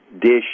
dish